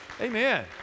Amen